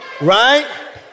right